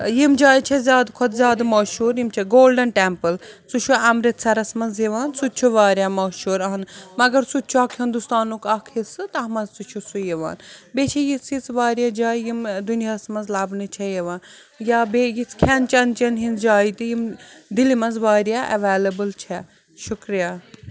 یِم جایہِ چھےٚ زیادٕ کھۄتہٕ زیادٕ مہشوٗر یِم چھےٚ گولنٛڈَن ٹیمپُل سُہ چھُ امرِتسَرَس منٛز یِوان سُہ تہِ چھُ واریاہ مہشوٗر اَہَن مگر سُہ تہِ چھُ اَکھ ہِنٛدُستانُک اَکھ حصہٕ تَتھ منٛز تہِ چھُ سُہ یِوان بیٚیہِ چھِ یِژھ یِژھ واریاہ جایہِ یِم دُنیاہَس منٛز لَبنہٕ چھےٚ یِوان یا بیٚیہِ یِژھ کھٮ۪ن چٮ۪ن چٮ۪ن ہِنٛز جایہِ تہِ یِم دِلہِ منٛز واریاہ اٮ۪ویلیبٕل چھےٚ شُکریہ